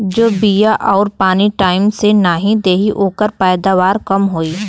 जे बिया आउर पानी टाइम से नाई देई ओकर पैदावार कम होई